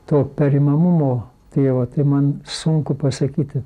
to perimamumo tėvo tai man sunku pasakyti